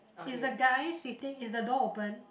is the guy sitting is the door open